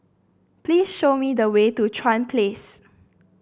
please show me the way to Chuan Place